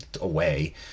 away